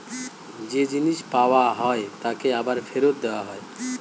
যে জিনিস পাওয়া হয় তাকে আবার ফেরত দেওয়া হয়